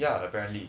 ya apparently